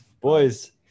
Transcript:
boys